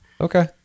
okay